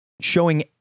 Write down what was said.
showing